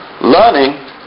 Learning